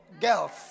girls